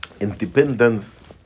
independence